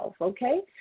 okay